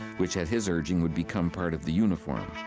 which at his urging would become part of the uniform.